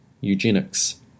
eugenics